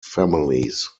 families